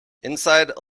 inside